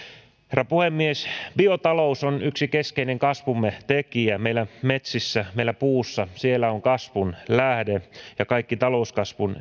arvoisa puhemies biotalous on yksi keskeinen kasvumme tekijä meillä metsissä meillä puussa on kasvun lähde ja kaikki talouskasvun